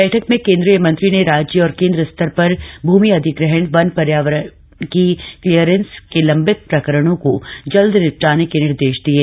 बैठक में केंद्रीय मंत्री ने राज्य और केन्द्र स्तर पर भूमि अधिग्रहण वन पर्यावरण की क्लीयरेंस के लम्बित प्रकरणो को जल्द निपटाने के निर्देश दिये